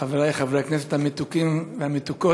חברי חברי הכנסת המתוקים והמתוקות,